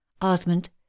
Osmond